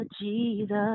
Jesus